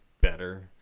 better